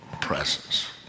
presence